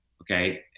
okay